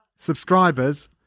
Subscribers